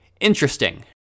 interesting